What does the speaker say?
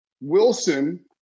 Wilson